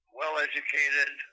well-educated